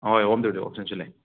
ꯍꯣꯏ ꯍꯣꯝ ꯗꯦꯂꯤꯕꯤꯔꯤ ꯒꯤ ꯑꯣꯞꯁꯟꯁꯨ ꯂꯩ